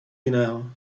jiného